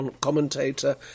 commentator